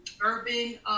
Urban